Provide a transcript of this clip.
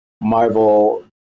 Marvel